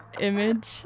Image